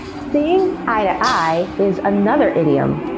seeing eye-to-eye is another idiom.